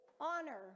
honor